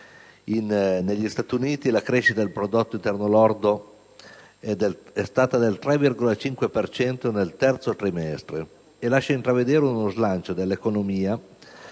Negli Stati Uniti la crescita del prodotto interno lordo è stata del 3,5 per cento nel terzo trimestre e lascia intravedere uno slancio dell'economia